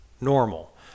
normal